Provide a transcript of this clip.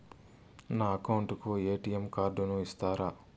నా అకౌంట్ కు ఎ.టి.ఎం కార్డును ఇస్తారా